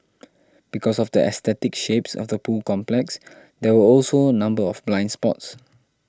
because of the aesthetic shapes of the pool complex there were also a number of blind spots